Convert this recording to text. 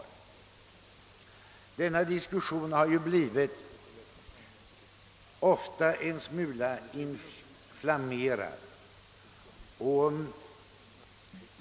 Denna diskussion har ofta blivit en smula inflamread.